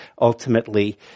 ultimately